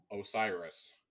Osiris